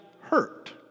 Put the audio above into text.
hurt